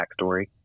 backstory